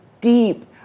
deep